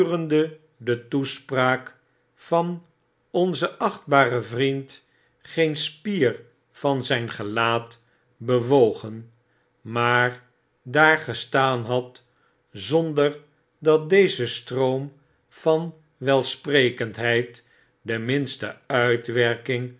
de toespraak van onzen achtbaren vriend geen spier van zijngelaat bewogen maar daar gestaan had zonder dat deze stroom van welsprekendheid de minste uitwerking